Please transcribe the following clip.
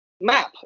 map